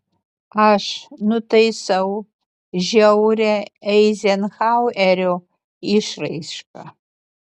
aš nutaisau žiaurią eizenhauerio išraišką